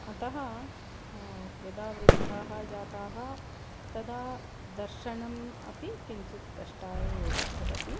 अतः यदा वृद्धाः जाताः तदा दर्शनम् अपि किञ्चित् कष्टाय एव भवति